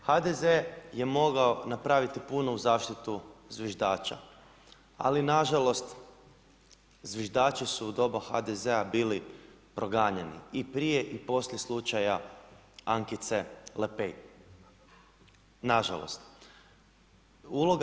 HDZ je mogao napraviti puno u zaštiti zviždača, ali nažalost zviždači su u doba HDZ-a bili proganjani i prije i poslije slučaja Ankice Lepej, nažalost.